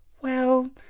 Well